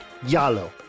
yallo